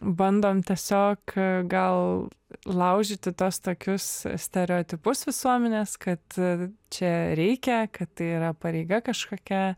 bandom tiesiog gal laužyti tuos tokius stereotipus visuomenės kad čia reikia kad tai yra pareiga kažkokia